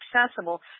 accessible